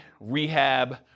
rehab